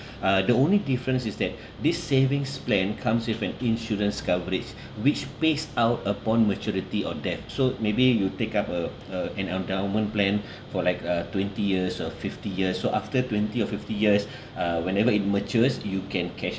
uh the only difference is that this savings plan comes with an insurance coverage which pays out upon maturity or death so maybe you take up a a an endowment plan for like uh twenty years or fifty years so after twenty or fifty years uh whenever it matures you can cash